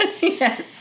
Yes